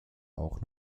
auch